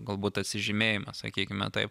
galbūt atsižymėjimas sakykime taip